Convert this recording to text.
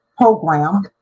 program